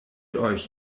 euch